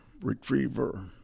retriever